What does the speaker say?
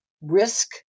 risk